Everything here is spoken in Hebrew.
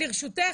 לרשותך,